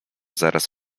zaraz